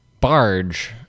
barge